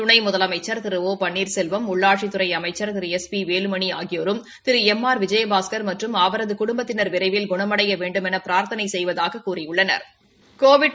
துணை முதலமைச்சர் திரு ஒ பன்னீர்செல்வம் உள்ளாட்சித்துறை அமைச்சர் திரு எஸ் பி வேலுமணி ஆகியோரும் திரு எம் ஆர் விஜயபாஸ்கர் மற்றும் அவரது குடும்பத்தினர் விரைவில் குண்டைண வேண்டுமென பிராா்த்தனை செய்வதாகக் கூறியுள்ளனா்